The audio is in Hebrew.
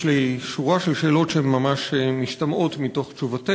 יש לי שורה של שאלות, שהן ממש משתמעות מתשובתך.